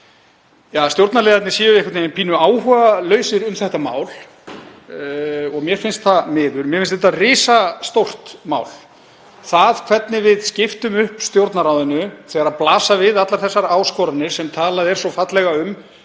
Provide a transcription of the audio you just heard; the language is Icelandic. að stjórnarliðarnir séu einhvern veginn pínu áhugalausir um þetta mál og mér finnst það miður. Mér finnst það risastórt mál hvernig við skiptum upp Stjórnarráðinu þegar blasa við allar þessar áskoranir sem talað er svo fallega um,